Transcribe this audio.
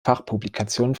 fachpublikationen